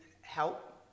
help